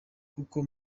kuko